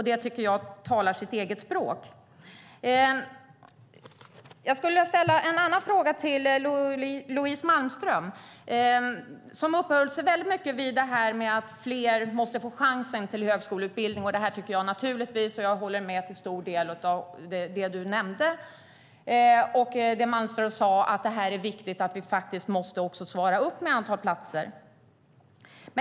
Det talar sitt eget språk. Jag skulle vilja ställa en annan fråga till Louise Malmström, som uppehöll sig mycket vid detta att fler måste få chansen till högskoleutbildning. Jag håller naturligtvis till stor del med om det Malmström nämnde och när hon sade att det är viktigt att vi måste svara upp med antal platser.